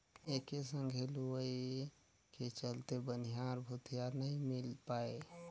एके संघे लुवई के चलते बनिहार भूतीहर नई मिल पाये